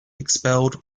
expelled